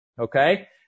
okay